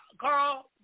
Carl